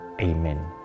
Amen